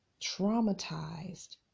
traumatized